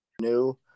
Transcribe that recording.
new